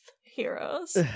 heroes